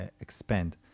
expand